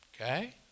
okay